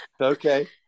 Okay